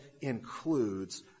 includes